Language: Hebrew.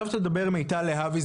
תדבר עכשיו מיטל להבי,